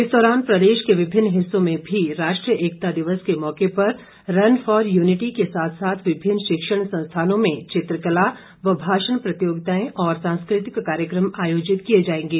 इस दौरान प्रदेश के विभिन्न हिस्सों में भी राष्ट्रीय एकता दिवस के मौके पर रन फॉर यूनिटी के साथ साथ विभिन्न शिक्षण संस्थानों में चित्रकला व भाषण प्रतियोगिताएं और सांस्कृतिक कार्यक्रम आयोजित किए जाएंगे